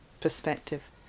perspective